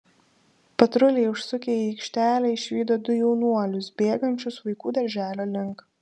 patruliai užsukę į aikštelę išvydo du jaunuolius bėgančius vaikų darželio link